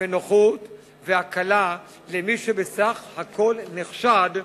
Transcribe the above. נוחות והקלה למי שבסך הכול נחשד,